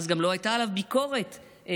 ואז גם לא הייתה עליו ביקורת ציבורית,